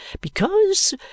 because